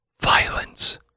violence